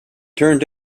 turned